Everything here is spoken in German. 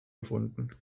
gefunden